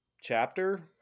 chapter